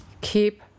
Keep